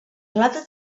relata